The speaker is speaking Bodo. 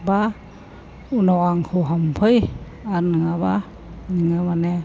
एबा उनाव आंखौ हमफै आरो नङाब्ला बिदिनो माने